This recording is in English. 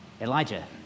Elijah